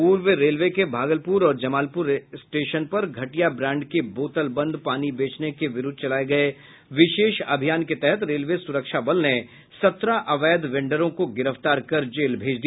पूर्व रेलवे के भागलपुर और जमालपुर स्टेशन पर घटिया ब्रांड के बोतलबंद पानी बेचने के विरुद्ध चलाये गये विशेष अभियान के तहत रेलवे सुरक्षा बल ने सत्रह अवैध वेंडरों को गिरफ्तार कर जेल भेज दिया